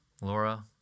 Laura